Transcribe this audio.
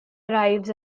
arrives